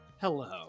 Hello